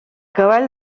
cavall